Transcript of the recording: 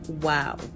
wow